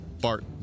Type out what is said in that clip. Bart